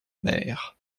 mer